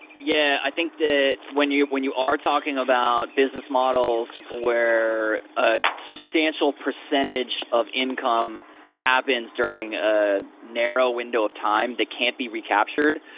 yeah. i think that when you when you are talking about business models where a substantial percentage of income happens during a narrow window of time that can't be recaptured,